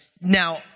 Now